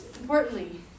importantly